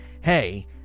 hey